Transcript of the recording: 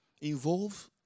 involve